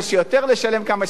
לשלם כמה שפחות.